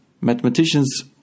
Mathematicians